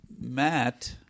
Matt